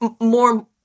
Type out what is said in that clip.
more